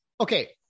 okay